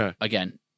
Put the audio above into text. again